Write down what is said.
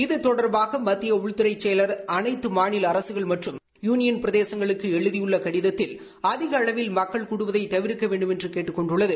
இது தொடர்பாக மத்திய உள்துறை செயலர் அனைத்து மாநில அரசுகள் மற்றும் யுனியன் பிரதேசங்களுக்கு எழுதியுள்ள கடிதத்தில் அதிக அளவில் மக்கள் கூடுவதை தவிர்க்க வேண்டுமென்று கேட்டுக் கொண்டுள்ளது